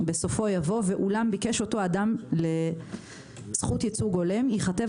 בסופו יבוא: ואולם ביקש אותו אדם זכות ייצוג הולם ייכתב